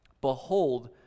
Behold